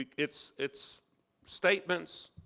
like its its statements,